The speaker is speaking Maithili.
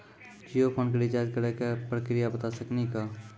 जियो फोन के रिचार्ज करे के का प्रक्रिया बता साकिनी का?